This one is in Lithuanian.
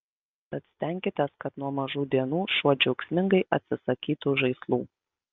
tad stenkitės kad nuo mažų dienų šuo džiaugsmingai atsisakytų žaislų